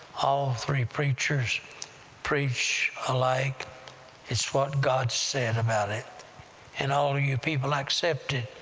all three preachers preach alike it's what god said about it and all of you people accept it,